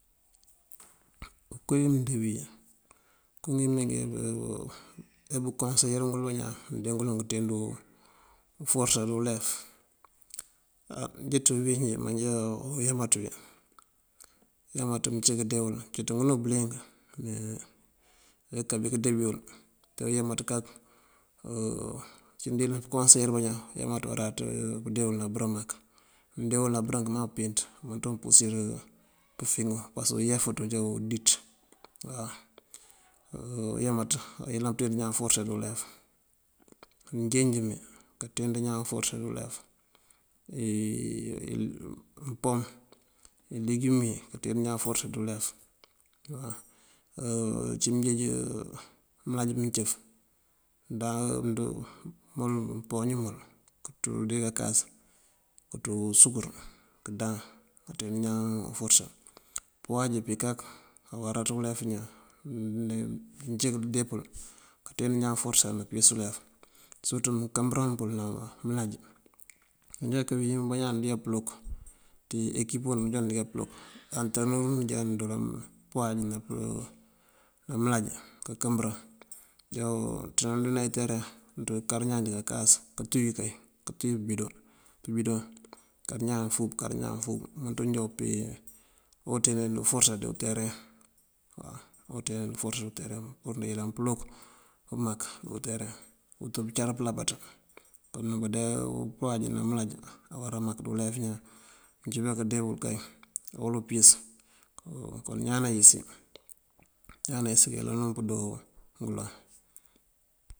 Ngënko mëndee wí, ngënko ngí mëmee ngí nebuŋ koŋëseyir ngul bañaan mëëndee ngël ngënţeendu uforësa ţí ulef. Á njí ţí uwínjí manjá uyámat wí. Uyámat uncí kandee wul, cíţ ngënú bëliyëng, mënká bí këndee bí wël. Te uyámat kak, uncí yëlan kankoŋëseyir bañaan, uyámat uwaráţ kandeena mul bërëm mak. Mëndee mul ná bërëm akëmaŋ kepíinţ umënţ wun apursir pëfíiŋu pasëk uyafant ajá udíit waw. Uyámat ayëlan pënţeend ñaan uforësa dí ulef. Mënjeenj mí kanţeend ñaan uforësa dí ulef. mëmpoom, ileegum yi kanţeend ñaan uforësa dí ulef. uncí mënjeej mënláaj mëncëf këpooñ mël kanţú dí kakas kënţú usúkar kandáan kanţeend ñaan uforësa. Pëwáaj pí kak, awará ţí ulef ñaan uncí këndee pul kanţeend ñaan uforësa ní pënyës ulef sirëtú mënkëmbëran pël ná mëláaj. Mënjá këwín bañaan mënjá pulúk, ţí ekip pund undëjá bënjá pulúk. wí mund já ndënroo pëwáaj ná mënláaj kënkëmbëran yoo. Ţeendëna itereeŋ kar ñaan dí kankas, këntúuyi kay, këntúuyi pëbidoŋ kar ñaan fuk kar ñaan fuk umënţ wun cúun peen unţeend und uforësa dí untereeŋ, unţeend und uforësa dí untereeŋ waw. Und purir kalook mak dí untereeŋ uwët uncar kalabaţa. Kon nak pëndee pëwáaj ná mënláaj awará mak ţí ulef ñaan. Uncína kandee wul kay kawëlu pëyës. Kon ñaan nanyës wí, ñaan nanyës wí ajároon këndoo wul ngëloŋ.